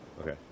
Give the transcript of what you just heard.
Okay